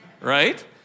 Right